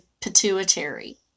pituitary